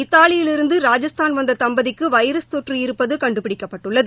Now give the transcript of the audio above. இத்தாலியில் இருந்து ராஜஸ்தான் வந்த தம்பதிக்கு வைரஸ் தொற்று இருப்பது கண்டுபிடிக்கப்பட்டுள்ளது